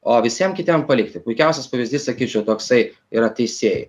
o visiem kitiem palikti puikiausias pavyzdys sakyčiau toksai yra teisėjai